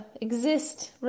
exist